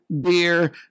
Beer